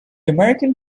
american